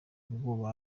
ubwo